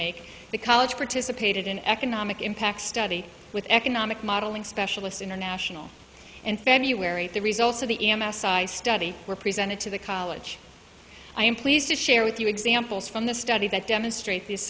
make the college participated in economic impact study with economic modeling specialists international and february the results of the study were presented to the college i am pleased to share with you examples from the study that demonstrate the